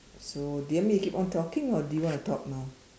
so do you want me to keep on talking or do you want to talk now